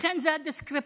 לכן, זה ה-discrepancies